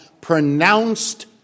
pronounced